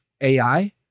AI